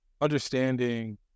understanding